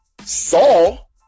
Saul